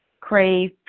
crave